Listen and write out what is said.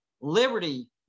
Liberty